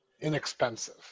inexpensive